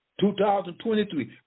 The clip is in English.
2023